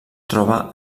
troba